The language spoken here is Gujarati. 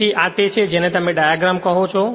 તેથી આ તે છે જેને તમે ડાયાગ્રામ કહો છો